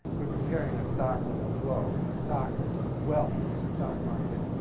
we're comparing a stock with the flow. a stock of wealth in the stock market,